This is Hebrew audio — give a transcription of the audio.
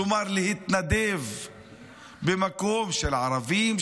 כלומר להתנדב במקום של ערבים,